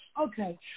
okay